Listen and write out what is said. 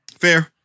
Fair